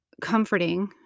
comforting